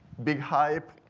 big hype,